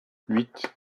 huit